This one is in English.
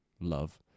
love